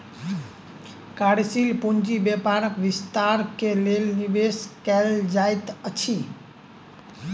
कार्यशील पूंजी व्यापारक विस्तार के लेल निवेश कयल जाइत अछि